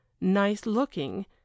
nice-looking